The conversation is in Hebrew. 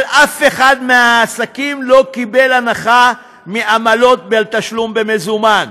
אבל אף אחד מהעסקים לא קיבל הנחה מהעמלות בתשלום במזומן